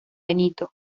benito